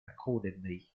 accordingly